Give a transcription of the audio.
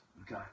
Okay